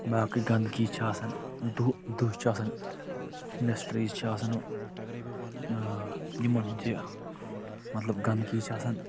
باقٕے گنٛدگی چھِ آسان دو دُہ چھُ آسان اِنٛڈسٹریٖز چھِ آسان إں یِمن تہِ مطلب گنٛدگی چھِ آسان